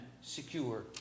secure